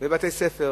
לבתי-ספר,